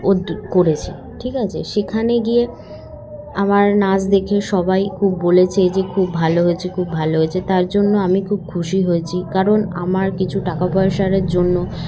ও করেছে ঠিক আছে সেখানে গিয়ে আমার নাচ দেখে সবাই খুব বলেছে যে খুব ভালো হয়েছে খুব ভালো হয়েছে তার জন্য আমি খুব খুশি হয়েছি কারণ আমার কিছু টাকা পয়সার জন্য